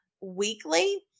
weekly